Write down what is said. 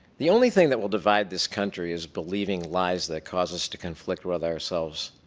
the only thing that will divide this country is believing lies that causes us to conflict with ourselves